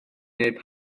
wneud